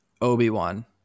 Obi-Wan